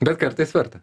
bet kartais verta